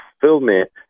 fulfillment